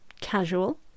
Casual